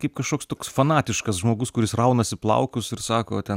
kaip kažkoks toks fanatiškas žmogus kuris raunasi plaukus ir sako ten